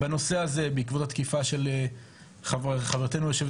בנושא הזה בעקבות התקיפה של חברתנו יושבת